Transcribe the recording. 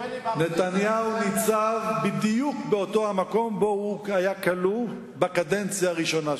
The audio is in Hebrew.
נתניהו ניצב בדיוק באותו מקום שבו הוא היה כלוא בקדנציה הראשונה שלו,